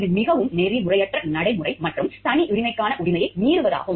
இது மிகவும் நெறிமுறையற்ற நடைமுறை மற்றும் தனியுரிமைக்கான உரிமையை மீறுவதாகும்